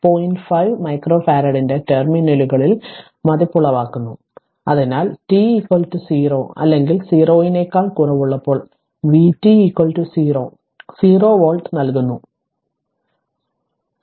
5 micro ഫറാഡിന്റെ ടെർമിനലുകളിൽ മതിപ്പുളവാക്കുന്നു അതിനാൽ t 0 അല്ലെങ്കിൽ 0 നേക്കാൾ കുറവുള്ളപ്പോൾ vt 0 0 വോൾട്ട് നൽകുന്നു ഇത്